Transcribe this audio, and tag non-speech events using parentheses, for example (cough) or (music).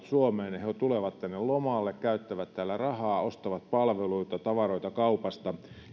(unintelligible) suomeen he he tulevat tänne lomalle käyttävät täällä rahaa ostavat palveluita tavaroita kaupasta